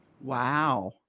Wow